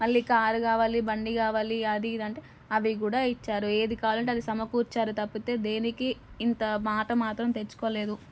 మళ్ళీ కార్ కావాలి బండి కావాలి అది ఇదీ అంటే అవి కూడా ఇచ్చారు ఏది కావాలంటే అది సమకూర్చారు తప్పితే దేనికి ఇంత మాట మాత్రం తెచ్చుకోలేదు